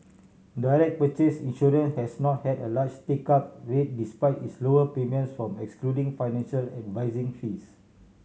direct purchase insurance has not had a large take up rate despite its lower premiums from excluding financial advising fees